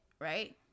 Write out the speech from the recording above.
right